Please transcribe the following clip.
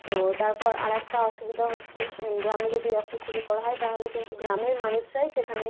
তো তারপর আরেকটা অসুবিধা হচ্ছে স গ্রামে যদি ব্যবসা শুরু করা হয় তাহলে কিন্তু গ্রামের মানুষরাই সেখানে